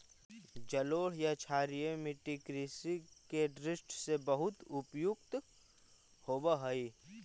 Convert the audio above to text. जलोढ़ या क्षारीय मट्टी कृषि के दृष्टि से बहुत उपयुक्त होवऽ हइ